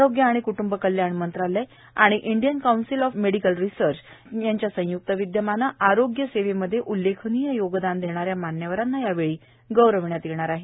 आरोग्य आणि क्ट्ंब कल्याण मंत्रालय आणि Indian council of medical research यांच्या संय्क्त विदयमाने आरोग्य सेवेमध्ये उल्लेखनीय योगदान देणाऱ्या मान्यवरांना गौरवण्यात येणार आहे